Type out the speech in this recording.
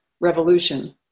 Revolution